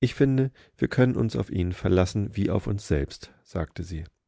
ich finde wir können uns auf ihn verlassen wie auf uns selbst sagte sie